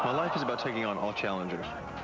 life is about taking on ah challengers.